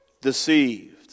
deceived